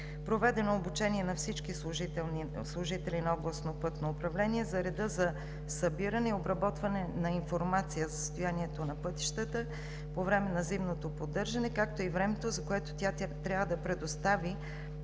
Проведено е обучение на всички служители на Областното пътно управление за реда за събиране и обработване на информация за състоянието на пътищата по време на зимното поддържане, както и времето, за което трябва да се предостави